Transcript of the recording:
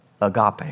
agape